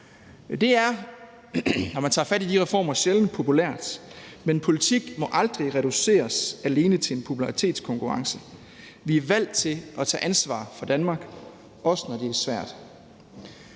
populært, når man tager fat i de reformer, men politik må aldrig reduceres til alene en popularitetskonkurrence. Vi er valgt til at tage ansvar for Danmark, også når det er svært.